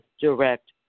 direct